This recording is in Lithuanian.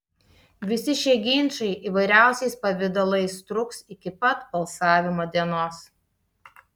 visi šie ginčai įvairiausiais pavidalais truks iki pat balsavimo dienos